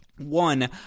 One